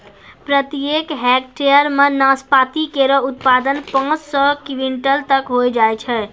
प्रत्येक हेक्टेयर म नाशपाती केरो उत्पादन पांच सौ क्विंटल तक होय जाय छै